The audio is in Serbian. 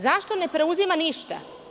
Zašto ne preuzima ništa?